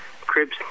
Cribs